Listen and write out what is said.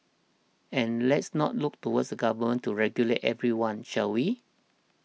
and let's not look towards government to regulate everyone shall we